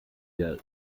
der